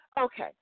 Okay